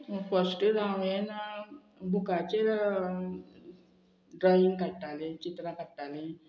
first हांवें बुकाचेर drawing काडटाली चित्रां काडटाली